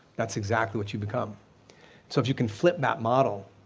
that's exactly what you become. so if you can flip that model,